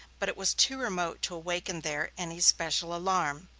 but it was too remote to awaken there any special alarm.